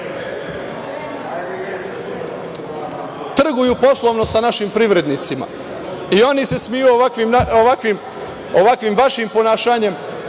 poslovno sa našim privrednicima, i oni se smeju ovakvim vašim ponašanjem,